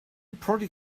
prodded